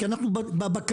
כי אנחנו בקרקעית,